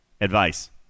advice